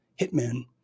hitmen